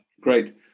great